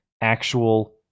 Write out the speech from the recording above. actual